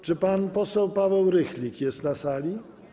Czy pan poseł Paweł Rychlik jest na sali?